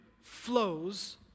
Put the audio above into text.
flows